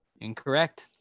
Incorrect